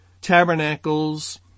tabernacles